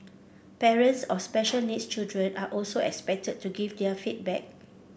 parents of special needs children are also expected to give their feedback